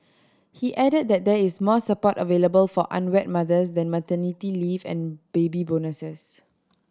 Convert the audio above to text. he added that there is more support available for unwed mothers than maternity leave and baby bonuses